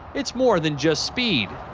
it's more than just speed.